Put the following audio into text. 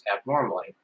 abnormally